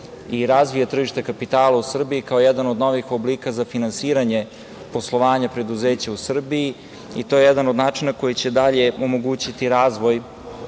i razvije tržište kapitala u Srbiji kao jedan od novih oblika za finansiranje poslovanja preduzeća u Srbiji i to je jedan od načina koji će dalje omogućiti razvoj